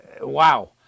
Wow